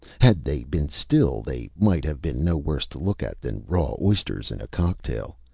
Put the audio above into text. had they been still, they might have been no worse to look at than raw oysters in a cocktail.